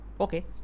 Okay